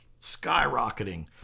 skyrocketing